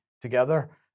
together